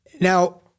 Now